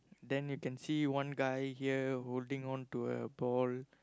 then you can see one guy here holding onto a ball